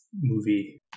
movie